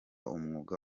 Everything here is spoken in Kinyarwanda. umwuga